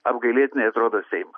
apgailėtinai atrodo seimas